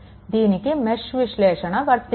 దీనికి మెష్ విశ్లేషణ వర్తించదు